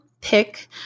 pick